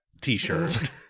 t-shirt